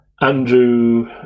Andrew